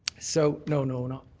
so no, no, not